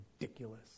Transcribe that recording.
ridiculous